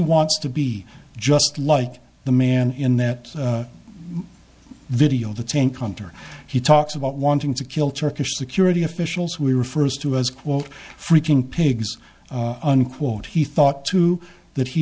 wants to be just like the man in that video the tank hunter he talks about wanting to kill turkish security officials we refers to as quote freaking pigs unquote he thought too that he